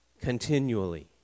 continually